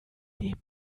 dem